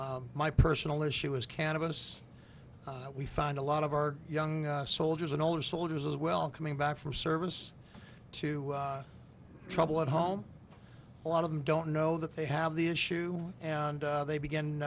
them my personal issue is cannabis we find a lot of our young soldiers and older soldiers as well coming back from service to trouble at home a lot of them don't know that they have the issue and they begin